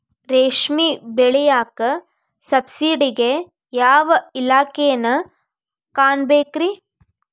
ರೇಷ್ಮಿ ಬೆಳಿಯಾಕ ಸಬ್ಸಿಡಿಗೆ ಯಾವ ಇಲಾಖೆನ ಕಾಣಬೇಕ್ರೇ?